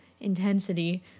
intensity